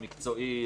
המקצועי,